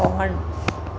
on